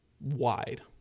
wide